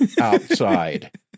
outside